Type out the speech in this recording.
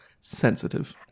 sensitive